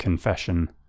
Confession